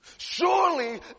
Surely